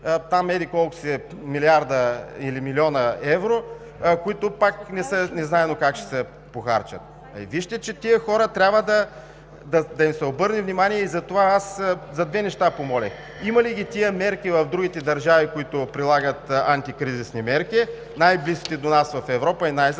там еди-колко си милиарда или милиона евро, които, пак незнайно как, ще се похарчат. Вижте, че на тези хора трябва да им се обърне внимание. Затова помолих за две неща: има ли ги тези мерки в другите държави, които прилагат антикризисни мерки – най-близки до нас в Европа и най-засегнатите?